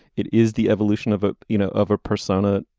it is the evolution of a you know of a persona.